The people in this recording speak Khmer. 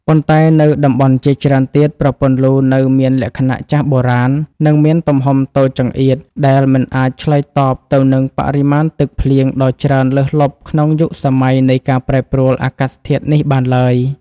ប៉ុន្តែនៅតំបន់ជាច្រើនទៀត ប្រព័ន្ធលូនៅមានលក្ខណៈចាស់បុរាណ និងមានទំហំតូចចង្អៀត ដែលមិនអាចឆ្លើយតបទៅនឹងបរិមាណទឹកភ្លៀងដ៏ច្រើនលើសលប់ក្នុងយុគសម័យនៃការប្រែប្រួលអាកាសធាតុនេះបានឡើយ។